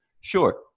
Sure